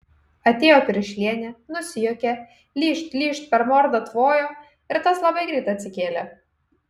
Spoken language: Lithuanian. atėjo piršlienė nusijuokė lyžt lyžt per mordą tvojo ir tas labai greitai atsikėlė